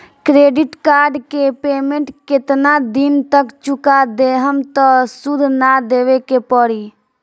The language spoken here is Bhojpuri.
क्रेडिट कार्ड के पेमेंट केतना दिन तक चुका देहम त सूद ना देवे के पड़ी?